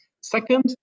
Second